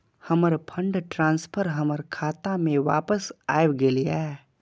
हमर fund transfer हमर खाता में वापस आब गेल या